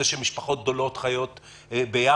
זה שמשפחות גדולות חיות ביחד,